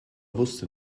wusste